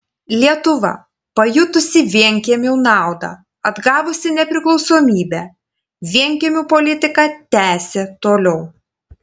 lietuva pajutusi vienkiemių naudą atgavusi nepriklausomybę vienkiemių politiką tęsė toliau